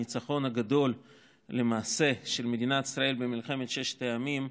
הניצחון הגדול למעשה של מדינת ישראל במלחמת ששת הימים,